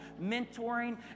mentoring